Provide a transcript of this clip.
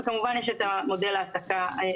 וכמובן יש את מודל ההעסקה.